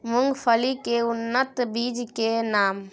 मूंगफली के उन्नत बीज के नाम?